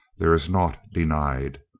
there is naught denied.